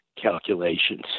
calculations